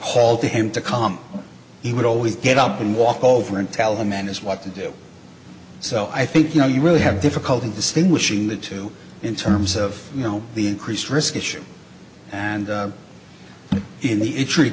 called to him to come he would always get up and walk over and tell him and his what to do so i think you know you really have difficulty distinguishing the two in terms of you know the increased risk issue and in the